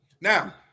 Now